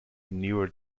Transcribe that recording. newer